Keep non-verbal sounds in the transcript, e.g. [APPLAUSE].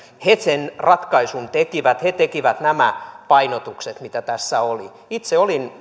he sen ratkaisun tekivät he tekivät nämä painotukset mitä tässä oli itse olin [UNINTELLIGIBLE]